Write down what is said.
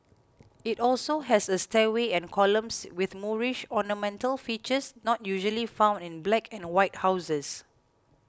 it also has a stairway and columns with Moorish ornamental features not usually found in black and white houses